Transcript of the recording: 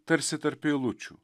tarsi tarp eilučių